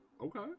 okay